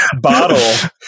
bottle